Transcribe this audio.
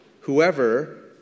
whoever